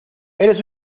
eres